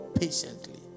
patiently